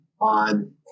on